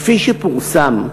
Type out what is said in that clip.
כפי שפורסם,